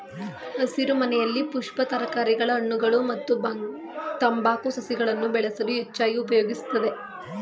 ಹಸಿರುಮನೆಯನ್ನು ಪುಷ್ಪ ತರಕಾರಿಗಳ ಹಣ್ಣುಗಳು ಮತ್ತು ತಂಬಾಕು ಸಸಿಗಳನ್ನು ಬೆಳೆಸಲು ಹೆಚ್ಚಾಗಿ ಉಪಯೋಗಿಸ್ತರೆ